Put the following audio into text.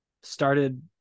started